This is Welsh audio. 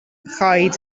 choed